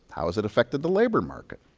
how has it affected the labor market?